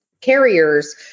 carriers